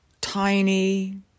tiny